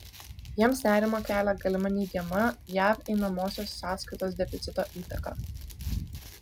jiems nerimą kelia galima neigiama jav einamosios sąskaitos deficito įtaka